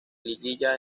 liguilla